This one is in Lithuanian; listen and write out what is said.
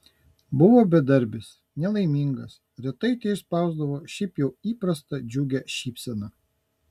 buvo bedarbis nelaimingas retai teišspausdavo šiaip jau įprastą džiugią šypseną